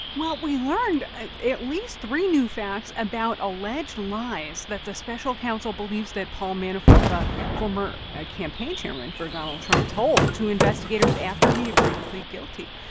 well, we learned at least three new facts about alleged lies that the special counsel believes that paul manafort, the former ah campaign chairman for donald trump, told to investigators after he agreed to plead guilty.